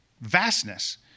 vastness